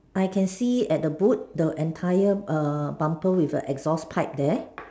I can see at the boot the entire err bumper with a exhaust pipe there